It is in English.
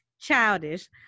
childish